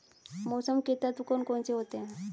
मौसम के तत्व कौन कौन से होते हैं?